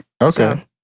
okay